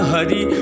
Hari